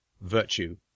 virtue